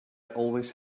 always